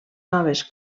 noves